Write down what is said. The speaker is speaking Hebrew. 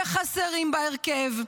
שחסרים בהרכב,